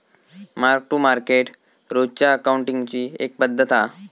mark to market रोजच्या अकाउंटींगची एक पद्धत हा